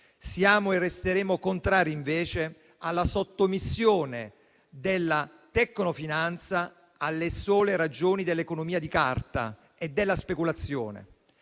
Siamo e resteremo contrari, invece, alla sottomissione della tecnofinanza alle sole ragioni dell'economia di carta e della speculazione.